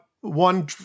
one